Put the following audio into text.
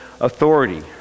authority